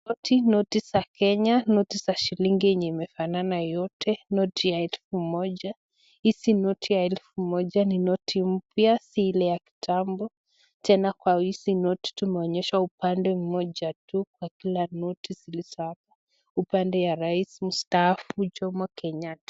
Noti, noti za Kenya, noti za shilingi yenye imefanana yote, noti ya elfu moja, hizi noti ya elfu moja ni noti mpya si ile ya kitambo, tena kwa hizi noti tumeonyeshwa upande mmoja tu, kwa kila noti zilizo hapa, upande ya rais mstaafu Jommo Kenyatta.